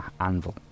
anvil